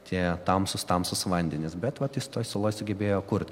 tie tamsūs tamsūs vandenys bet vat jis toj saloj sugebėjo kurt